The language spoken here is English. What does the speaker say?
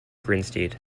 grinstead